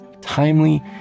timely